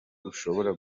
ushobora